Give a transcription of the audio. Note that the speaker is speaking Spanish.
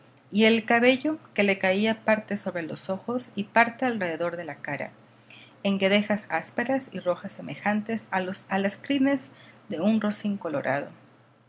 y el cabello que le caía parte sobre los ojos y parte alrededor de la cara en guedejas ásperas y rojas semejantes a las crines de un rocín colorado